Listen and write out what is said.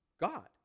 God